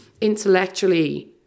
intellectually